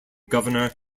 governor